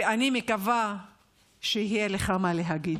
ואני מקווה שיהיה לך מה להגיד.